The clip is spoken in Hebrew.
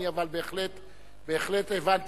אבל בהחלט הבנתי,